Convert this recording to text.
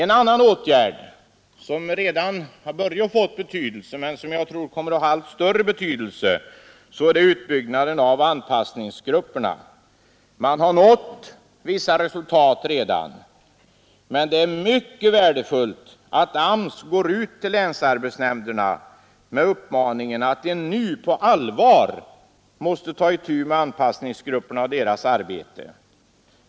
En annan åtgärd som är utomordentligt betydelsefull är utbyggnaden av anpassningsgrupperna. Man har nått vissa resultat genom dessa redan. Det är dock mycket värdefullt att AMS går ut till länsarbetsnämnderna med uppmaningen att de nu på allvar måste ta itu med anpassningsgrupperna och deras arbete.